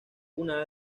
una